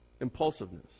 impulsiveness